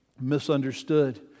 misunderstood